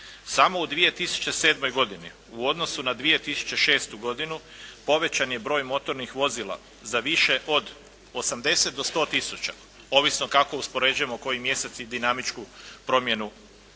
Samo u 2007. godini u odnosu na 2006. godinu povećan je broj motornih vozila za više od 80 do 100 tisuća, ovisno kako uspoređujemo koji mjesec i dinamičku promjenu